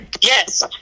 yes